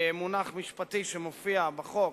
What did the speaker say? מונח משפטי שמופיע בחוק?